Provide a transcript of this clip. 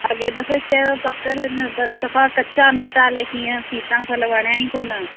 अॻे दफ़े चयव पकियल न पर सफ़ा कचा निकिता अलाए कीअं सीताफ़ल त वणिया ई कोन